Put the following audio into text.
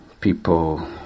people